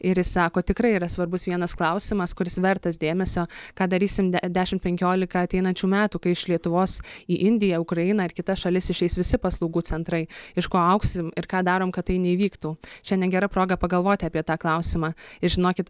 ir jis sako tikrai yra svarbus vienas klausimas kuris vertas dėmesio ką darysim de dešimt penkiolika ateinančių metų kai iš lietuvos į indiją ukrainą ir kitas šalis išeis visi paslaugų centrai iš ko augsim ir ką darom kad tai neįvyktų šiandien gera proga pagalvoti apie tą klausimą žinokit